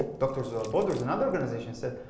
doctors without borders and other organizations said,